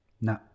No